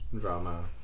drama